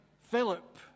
Philip